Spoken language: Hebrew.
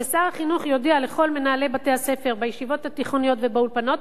ששר החינוך יודיע לכל מנהלי בתי-הספר בישיבות התיכוניות ובאולפנות: